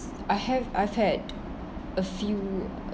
I have I've had a few